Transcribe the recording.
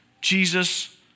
Jesus